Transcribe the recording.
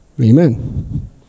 Amen